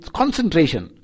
concentration